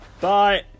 bye